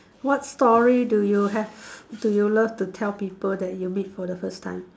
what story do you have do you love to tell people that you meet for the first time